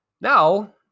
now